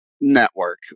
network